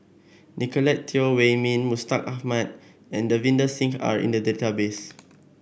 Nicolette Teo Wei Min Mustaq Ahmad and Davinder Singh are in the database